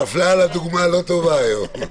נפלה על הדוגמה הלא טובה היום.